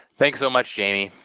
thanks so much, jaime.